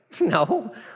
No